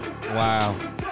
Wow